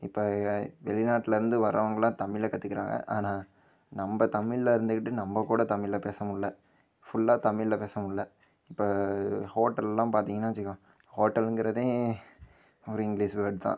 இப்போ வெளிநாட்டில் இருந்து வர்றவங்களாம் தமிழை கற்றுக்குறாங்க ஆனால் நம்ம தமிழில் இருந்துக்கிட்டு நம்ம கூட தமிழில் பேச முடியல ஃபுல்லாக தமிழில் பேச முடியல இப்போ ஹோட்டல் எல்லாம் பார்த்திங்கனா வச்சுக்கோ ஹோட்டலுங்குறதே ஒரு இங்கிலீஷ் வேர்ட் தான்